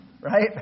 Right